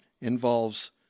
involves